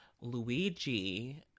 luigi